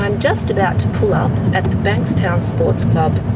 ah just about to pull up at the bankstown sports club.